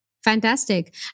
Fantastic